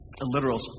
literal